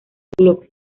club